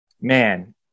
man